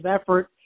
effort